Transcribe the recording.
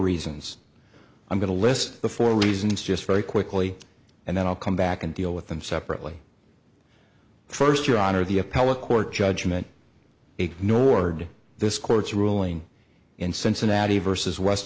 reasons i'm going to list the four reasons just very quickly and then i'll come back and deal with them separately first your honor the appellate court judgment ignored this court's ruling in cincinnati versus west